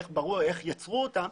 איך יצרו אותם.